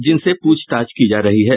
जिनसे पूछताछ की जा रही है